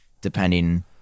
depending